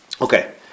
Okay